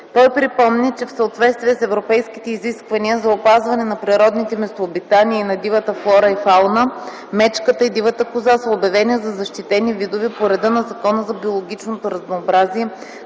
Той припомни, че в съответствие с европейските изисквания за опазване на природните местообитания и на дивата флора и фауна, мечката и дивата коза са обявени за защитени видове по реда на Закона за биологичното разнообразие,